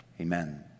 amen